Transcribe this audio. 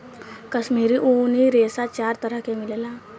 काश्मीरी ऊनी रेशा चार तरह के मिलेला